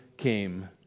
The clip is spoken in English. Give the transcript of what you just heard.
Came